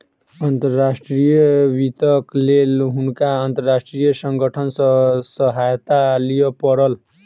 अंतर्राष्ट्रीय वित्तक लेल हुनका अंतर्राष्ट्रीय संगठन सॅ सहायता लिअ पड़ल